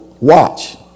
Watch